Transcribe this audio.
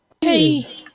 Hey